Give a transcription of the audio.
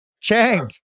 Chang